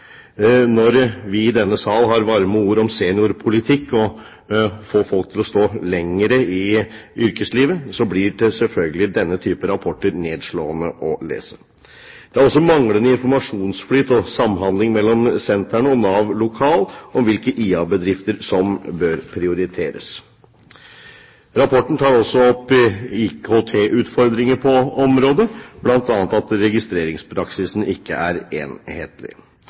Når vi i denne salen har varme ord om seniorpolitikk og om å få folk til å stå lenger i yrkeslivet, blir det selvfølgelig nedslående å lese denne type rapporter. Det er også manglende informasjonsflyt og samhandling mellom sentrene og Nav lokal om hvilke IA-bedrifter som bør prioriteres. Rapporten tar også opp IKT-utfordringer på området, bl.a. at registreringspraksisen ikke er enhetlig.